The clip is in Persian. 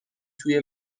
توی